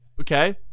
Okay